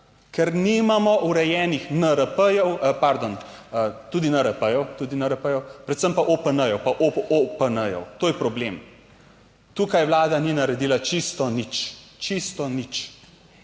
ker nimamo urejenih NRP, pardon, tudi NRP, tudi NRP, predvsem pa OPN, pa OPPN, to je problem. Tukaj Vlada ni naredila čisto nič. Čisto nič.